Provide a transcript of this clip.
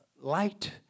light